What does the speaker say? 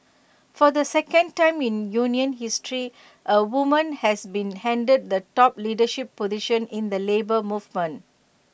for the second time in union history A woman has been handed the top leadership position in the Labour Movement